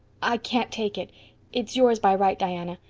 i can't take it it's yours by right, diana.